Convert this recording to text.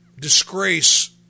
disgrace